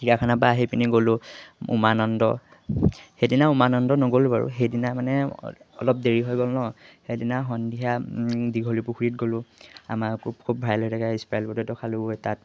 চিৰিয়াখানাৰপৰা আহি পিনি গ'লোঁ উমানন্দ সেইদিনা উমানন্দ নগ'লোঁ বাৰু সেইদিনা মানে অলপ দেৰি হৈ গ'ল ন সেইদিনা সন্ধিয়া দীঘলী পুখুৰীত গ'লোঁ আমাৰ খুব খুব ভাইৰেল হৈ থকা স্প্ৰাইৰেল প'টেট' খালোঁ তাত